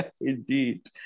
Indeed